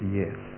yes